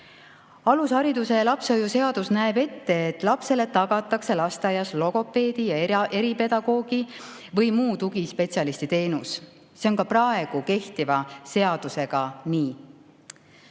Alushariduse ja lapsehoiu seadus näeb ette, et lapsele tagatakse lasteaias logopeedi ja eripedagoogi või muu tugispetsialisti teenus. See on ka praegu kehtiva seaduse järgi nii.